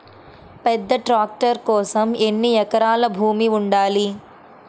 పెద్ద ట్రాక్టర్ కోసం ఎన్ని ఎకరాల భూమి ఉండాలి?